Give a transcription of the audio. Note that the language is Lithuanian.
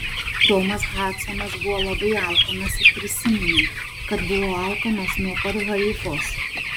tomas hadsonas buvo labai alkanas ir prisiminė kad buvo alkanas nuo pat haifos